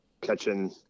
catching